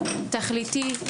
תכליתי.